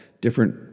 different